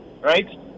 Right